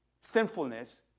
sinfulness